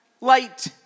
light